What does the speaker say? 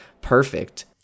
perfect